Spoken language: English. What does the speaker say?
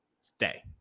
Stay